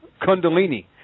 kundalini